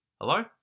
Hello